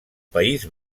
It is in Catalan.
país